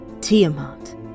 Tiamat